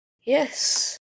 Yes